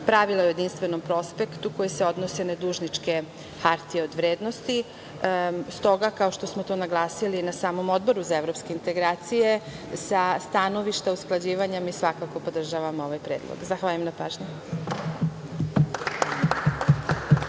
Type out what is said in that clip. pravila u jedinstvenom prospektu koja se odnose na dužničke HOV.Stoga, kao što smo to naglasili na samom Odboru za evropske integracije, sa stanovišta usklađivanja, mi svakako podržavamo ovaj Predlog. Zahvaljujem.